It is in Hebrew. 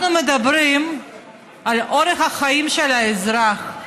אנחנו מדברים על אורח החיים של האזרח,